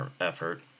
effort